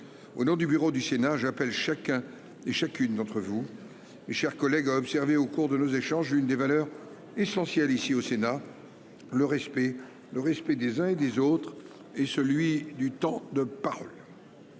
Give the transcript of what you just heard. au nom du bureau du Sénat, j'appelle chacun et chacune d'entre vous, mes chers collègues, observé au cours de nos échanges, une des valeurs essentielles, ici au Sénat, le respect, le respect des uns et des autres, et celui du temps de parole